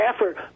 effort